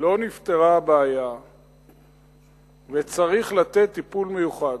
לא נפתרה הבעיה וצריך לתת טיפול מיוחד.